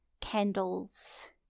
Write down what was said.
candles